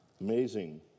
Amazing